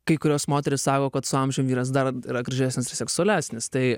kai kurios moterys sako kad su amžium vyras dar yra gražesnis ir seksualesnis tai